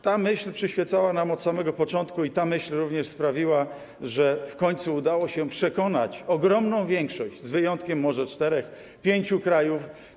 Ta myśl przyświecała nam od samego początku i ta myśl również sprawiła, że w końcu udało się przekonać ogromną większość, z wyjątkiem może czterech, pięciu krajów.